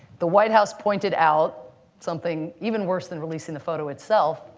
the white house pointed out something even worse than releasing the photo itself.